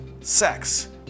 sex